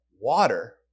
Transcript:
water